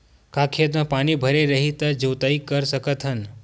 का खेत म पानी भरे रही त जोताई कर सकत हन?